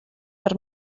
per